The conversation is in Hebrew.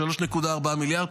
3.4 מיליארד.